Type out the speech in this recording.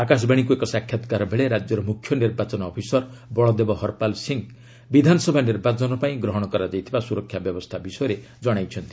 ଆକାଶବାଣୀକୁ ଏକ ସାକ୍ଷାତକାର ବେଳେ ରାଜ୍ୟର ମୁଖ୍ୟ ନିର୍ବାଚନ ଅଫିସର ବଳଦେବ ହର୍ପାଲ୍ ସିଂହ ବିଧାନସଭା ନିର୍ବାଚନ ପାଇଁ ଗ୍ରହଣ କରାଯାଇଥିବା ସୁରକ୍ଷା ବ୍ୟବସ୍ଥା ବିଷୟରେ ଜଣାଇଛନ୍ତି